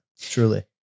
Truly